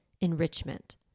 enrichment